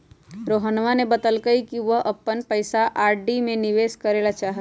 रोहनवा ने बतल कई कि वह अपन पैसा आर.डी में निवेश करे ला चाहाह हई